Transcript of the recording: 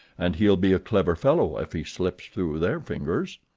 and he'll be a clever fellow if he slips through their fingers.